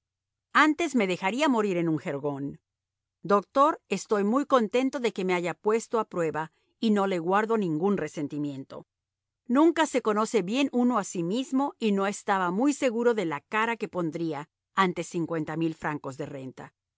antes me dejaría morir en un jergón doctor estoy muy contento de que me haya puesto a prueba y no le guardo ningún resentimiento nunca se conoce bien uno a sí mismo y no estaba muy seguro de la cara que pondría ante cincuenta mil francos de renta